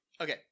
okay